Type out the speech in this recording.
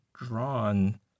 drawn